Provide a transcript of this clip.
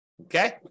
okay